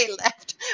left